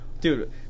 dude